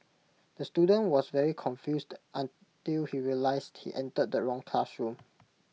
the student was very confused until he realised he entered the wrong classroom